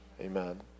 Amen